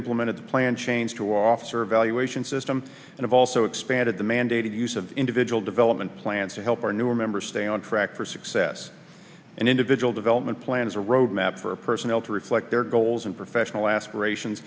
implemented a plan change to officer valuation system and also expanded the mandated use of individual development plans to help our newer members stay on track for success and individual development plans or roadmap for personnel to reflect their goals and professional aspirations